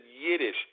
Yiddish